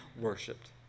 worshipped